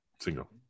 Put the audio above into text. single